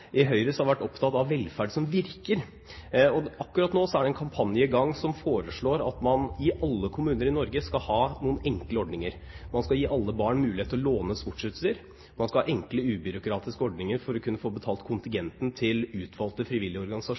I Høyre har vi vært opptatt av velferd som virker, og akkurat nå er det en kampanje i gang der man foreslår at man i alle kommuner i Norge skal ha noen enkle ordninger. Man skal gi alle barn mulighet til å låne sportsutstyr, man skal ha enkle, ubyråkratiske ordninger for å kunne få betalt kontingenten til utvalgte frivillige